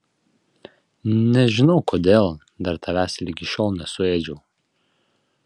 nežinau kodėl dar tavęs ligi šiol nesuėdžiau